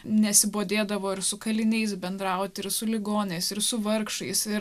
nesibodėdavo ir su kaliniais bendrauti ir su ligoniais ir su vargšais ir